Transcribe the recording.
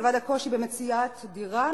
מלבד הקושי במציאת דירה,